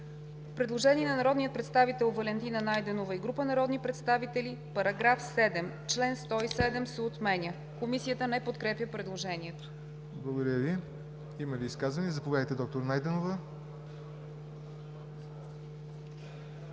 Предложение на народния представител Валентина Найденова и група народни представители: „§ 7. Член 107 се отменя.“ Комисията не подкрепя предложението. ПРЕДСЕДАТЕЛ ЯВОР НОТЕВ: Благодаря Ви. Има ли изказвания? Заповядайте, доктор Найденова.